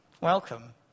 Welcome